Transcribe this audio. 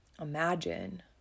Imagine